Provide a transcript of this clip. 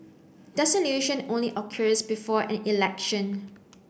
dissolution only occurs before an election